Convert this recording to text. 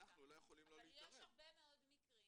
אבל יש הרבה מאוד מקרים